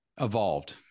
evolved